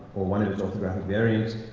or one of it's orthographic variants,